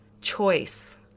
choice